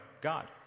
God